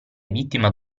vittima